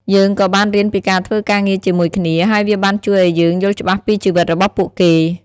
យើងក៏បានរៀនពីការធ្វើការងារជាមួយគ្នា ហើយវាបានជួយឱ្យយើងយល់ច្បាស់ពីជីវិតរបស់ពួកគេ។